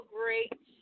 great